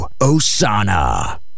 osana